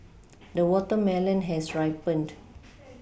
the watermelon has ripened